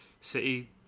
City